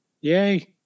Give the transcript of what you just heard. yay